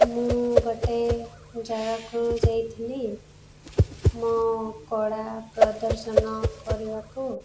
ମୁଁ ଗୋଟେ ଜାଗାକୁ ଯାଇଥିଲି ମୋ କଳା ପ୍ରଦର୍ଶନ କରିବାକୁ